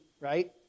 right